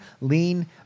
lean